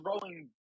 throwing